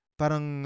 parang